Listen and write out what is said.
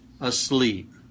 asleep